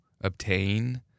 obtain